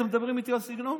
אתם מדברים איתי על סגנון?